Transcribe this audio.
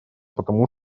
потому